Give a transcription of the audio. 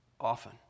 often